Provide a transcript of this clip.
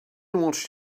watched